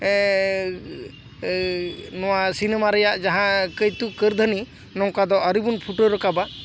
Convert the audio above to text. ᱱᱚᱣᱟ ᱥᱤᱱᱮᱢᱟ ᱨᱮᱭᱟᱜ ᱡᱟᱦᱟᱸ ᱠᱟᱹᱭᱛᱩᱠ ᱠᱟᱨᱫᱷᱟᱹᱱᱤ ᱱᱚᱝᱠᱟ ᱫᱚ ᱟᱹᱣᱨᱤ ᱵᱚᱱ ᱯᱷᱩᱴᱟᱹᱣ ᱨᱟᱠᱟᱵᱟ